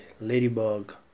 Ladybug